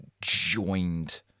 joined